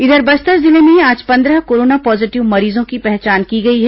इधर बस्तर जिले में आज पंद्रह कोरोना पॉजीटिव मरीजों की पहचान की गई है